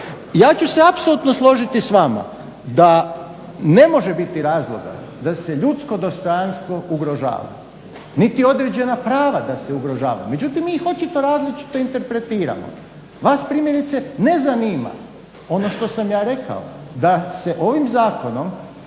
Ja ću se apsolutno složiti sa vama da ne može biti razloga da se ljudsko dostojanstvo ugrožava niti određena prava da se ugrožavaju. Međutim, mi ih očito različito interpretiramo. Vas primjerice ne zanima ono što sam ja rekao da se ovim Zakonom,